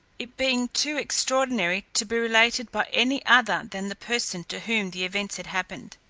it being too extraordinary to be related by any other than the person to whom the events had happened.